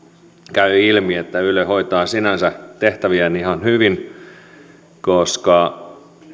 käy ilmi että yle hoitaa sinänsä tehtäviään ihan hyvin koska